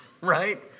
Right